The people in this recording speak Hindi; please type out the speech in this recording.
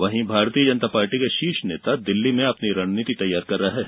वहीं भारतीय जनता पार्टी के शीर्ष नेता दिल्ली में अपनी रणनीति तैयार कर रहे हैं